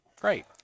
great